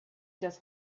das